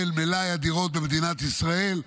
של מלאי הדירות במדינת ישראל,